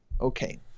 Okay